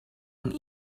een